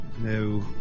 No